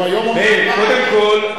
הוא היום אומר דבר אחר, מאיר, קודם כול,